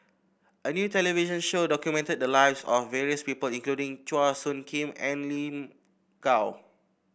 a new television show documented the lives of various people including Chua Soo Khim and Lin Gao